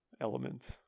element